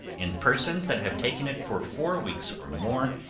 and persons that have taken it for four weeks or more,